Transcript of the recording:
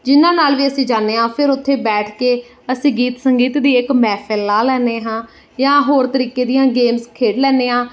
ਜਿਹਨਾਂ ਨਾਲ ਵੀ ਅਸੀਂ ਜਾਂਦੇ ਹਾਂ ਫਿਰ ਉੱਥੇ ਬੈਠ ਕੇ ਅਸੀਂ ਗੀਤ ਸੰਗੀਤ ਦੀ ਇੱਕ ਮਹਿਫਲ ਲਾ ਲੈਂਦੇ ਹਾਂ ਜਾਂ ਹੋਰ ਤਰੀਕੇ ਦੀਆਂ ਗੇਮਸ ਖੇਡ ਲੈਂਦੇ ਹਾਂ